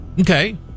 Okay